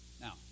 Now